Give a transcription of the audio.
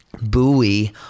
buoy